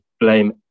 blame